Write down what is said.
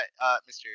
Mr